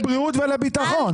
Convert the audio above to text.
לבריאות ולביטחון.